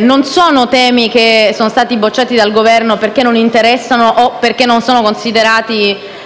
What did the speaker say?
non sono state bocciate dal Governo perché non interessano o perché non sono considerate